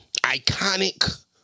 iconic